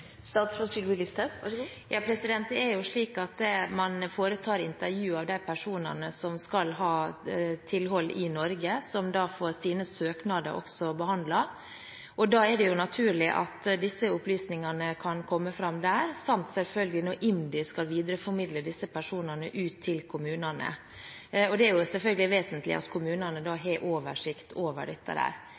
Det er jo slik at man foretar intervjuer av de personene som skal ha tilhold i Norge, som da får sine søknader behandlet. Da er det naturlig at disse opplysningene kan komme fram der samt selvfølgelig når IMDi skal videreformidle disse personene ut til kommunene. Det er selvfølgelig vesentlig at kommunene da har oversikt over dette.